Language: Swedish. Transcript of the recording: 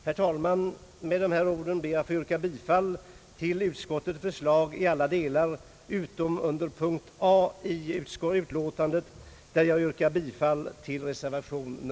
Med dessa ord ber jag, herr talman, att få yrka bifall till utskottets förslag i alla delar utom under punkten A i utlåtandet där jag yrkar bifall till reservation I.